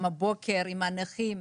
גם הבוקר עם הנכים,